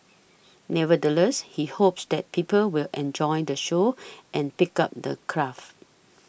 nevertheless he hopes that people will enjoy the show and pick up the craft